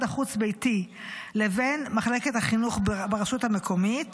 החוץ-ביתי לבין מחלקת החינוך ברשות המקומית